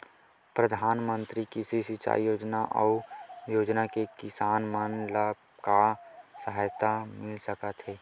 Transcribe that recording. प्रधान मंतरी कृषि सिंचाई योजना अउ योजना से किसान मन ला का सहायता मिलत हे?